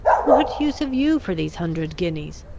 what use have you for these hundred guineas?